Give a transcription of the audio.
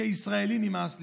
כישראלי נמאס לי.